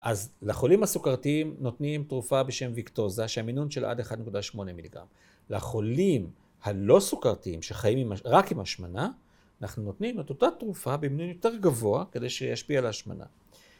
‫אז לחולים הסוכרתיים ‫נותנים תרופה בשם ויקטוזה, ‫שהמינון שלה עד 1.8 מיליגרם. ‫לחולים הלא סוכרתיים ‫שחיים רק עם השמנה, ‫אנחנו נותנים את אותה תרופה ‫במינון יותר גבוה ‫כדי שישפיע להשמנה.